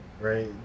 right